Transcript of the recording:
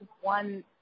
one